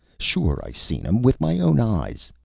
sure, i seen him with my own eyes.